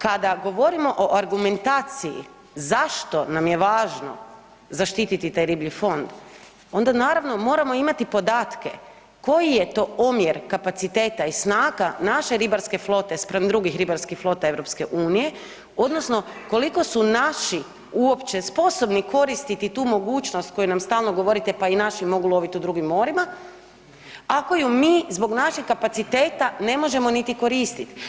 Kada govorimo o argumentaciji zašto nam je važno zaštiti taj riblji fond, onda naravno, moramo imati podatke koji je to omjer kapaciteta i snaga naše ribarske flote, spram drugih ribarskih flota EU, odnosno koliko su naši uopće sposobni koristiti tu mogućnost koju nam stalno govorite, pa i naši mogu loviti u drugim morima, ako ju mi zbog naših kapaciteta ne možemo niti koristiti.